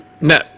No